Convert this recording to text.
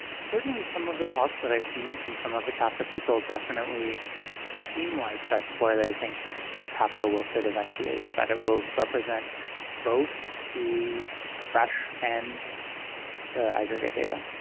certainly some of the talks that i've seen from some of the kafka people definitely seem like that's where they think kafka will sit eventually, is that it will represent both the fresh and the aggregate data.